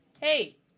hey